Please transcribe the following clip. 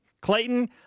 Clayton